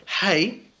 Hey